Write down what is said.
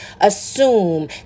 assume